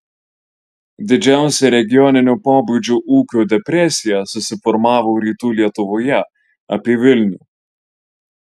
didžiausia regioninio pobūdžio ūkio depresija susiformavo rytų lietuvoje apie vilnių